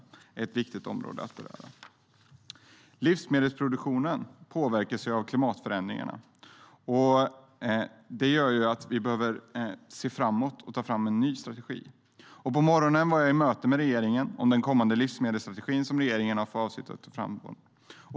Det är ett viktigt område att beröra. Livsmedelsproduktionen påverkas av klimatförändringarna. Det gör att vi behöver se framåt och ta fram en ny strategi. I morse var jag på möte med regeringen om den kommande livsmedelsstrategi som regeringen har för avsikt att ta fram.